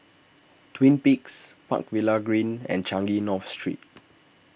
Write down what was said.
Twin Peaks Park Villas Green and Changi North Street